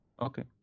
Okay